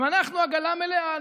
גם אנחנו עגלה מלאה.